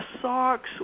socks